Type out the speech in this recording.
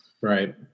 right